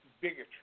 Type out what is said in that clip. Bigotry